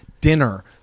dinner